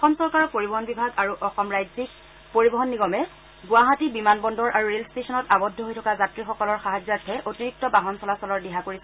অসম চৰকাৰৰ পৰিবহন বিভাগ আৰু অসম ৰাজ্যিক পৰিবহন নিগমে গুৱাহাটী বিমান বন্দৰ আৰু ৰেল ট্টেচনত আৱদ্ধ হৈ থকা যাত্ৰীসকলৰ সাহায্যৰ্থে অতিৰিক্ত বাহান চলাচলৰ দিহা কৰিছে